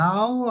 Now